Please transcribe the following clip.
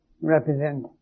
represent